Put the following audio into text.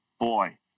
boy